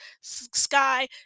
sky